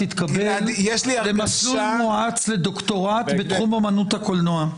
תתקבל למסלול מואץ לדוקטורט בתחום אומנות הקולנוע.